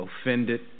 offended